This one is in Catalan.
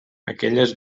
aquelles